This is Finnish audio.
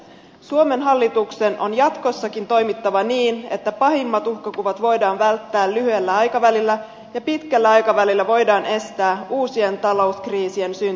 suomen hallituksen on jatkossakin toimittava niin että pahimmat uhkakuvat voidaan välttää lyhyellä aikavälillä ja pitkällä aikavälillä voidaan estää uusien talouskriisien syntyminen